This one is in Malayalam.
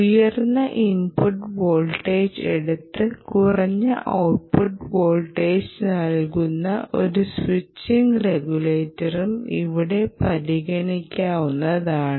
ഉയർന്ന ഇൻപുട്ട് വോൾട്ടേജ് എടുത്ത് കുറഞ്ഞ ഔട്ട്പുട്ട് വോൾട്ടേജ് നൽകുന്ന ഒരു സ്വിച്ചിംഗ് റെഗുലേറ്ററും ഇവിടെ പരിഗണിക്കാവുന്നതാണ്